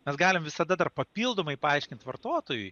mes galim visada dar papildomai paaiškint vartotojui